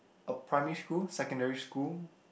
a primary school secondary school